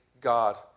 God